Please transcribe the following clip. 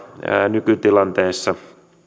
nykytilanteessa